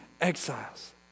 exiles